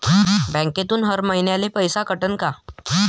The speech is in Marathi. बँकेतून हर महिन्याले पैसा कटन का?